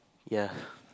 ya